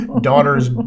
daughter's